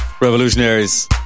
Revolutionaries